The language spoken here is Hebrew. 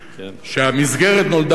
שהמסגרת נולדה בחטא.